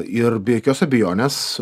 ir be jokios abejonės